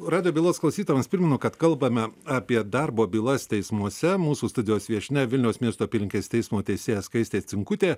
radijo bylos klausytojams primenu kad kalbame apie darbo bylas teismuose mūsų studijos viešnia vilniaus miesto apylinkės teismo teisėja skaistė cinkutė